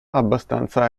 abbastanza